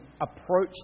approach